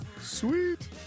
Sweet